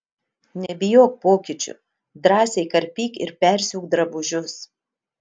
nebijok pokyčių drąsiai karpyk ir persiūk drabužius